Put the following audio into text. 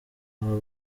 aba